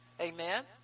Amen